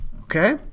Okay